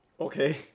Okay